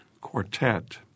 Quartet